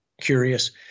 Curious